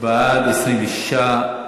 בעד, 26,